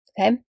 Okay